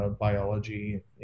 biology